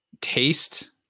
taste